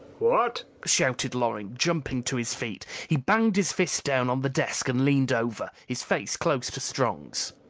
what? shouted loring, jumping to his feet. he banged his fist down on the desk and leaned over, his face close to strong's.